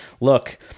look